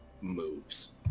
moves